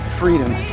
freedom